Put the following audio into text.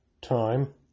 time